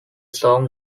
song